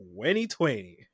2020